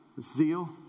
zeal